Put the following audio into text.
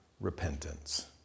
repentance